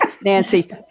Nancy